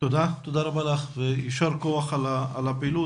תודה רבה לך ויישר כוח על הפעילות.